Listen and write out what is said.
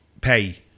pay